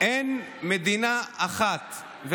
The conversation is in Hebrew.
בכל המדינות בעולם אין מדינה אחת בעולם,